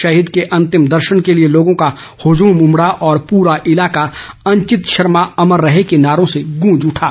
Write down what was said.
शहीद को अंतिम दर्शन के लिए लोगों का हजूम उमड़ा और पूरा इलाका अंचित शर्मो अमर रहे के नारों से गूंज उठा